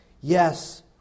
Yes